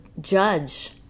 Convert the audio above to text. judge